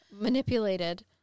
Manipulated